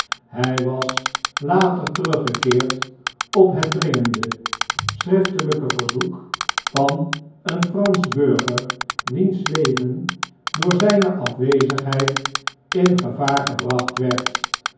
hii was later teruggekeerd op het dringende schriftelijke verzoek van een fransch burger wiens leven door z jne afwezigheid in gevaar gebracht werd